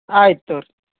ಆಯ್ತು ತಗೋರಿ